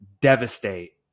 devastate